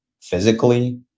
physically